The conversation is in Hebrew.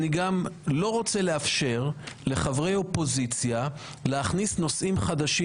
אני גם לא רוצה לאפשר לחברי אופוזיציה להכניס נושאים חדשים